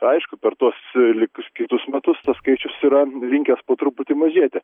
aišku per tuos likus kitus metus tas skaičius yra linkęs po truputį mažėti